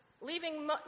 leaving